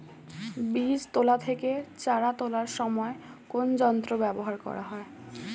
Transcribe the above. বীজ তোলা থেকে চারা তোলার সময় কোন যন্ত্র ব্যবহার করা হয়?